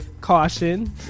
caution